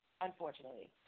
unfortunately